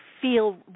feel